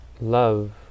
love